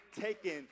taken